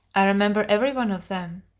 i remember every one of them,